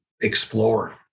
explore